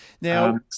Now –